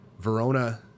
Verona